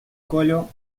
colo